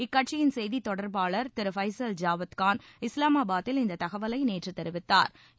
அக்கட்சியின் செய்தி தொடர்பாளர் திரு பைசல் ஜாவத்கான் இஸ்லாமாபாதில் இந்த தகவலை நேற்று தெரிவித்தாா்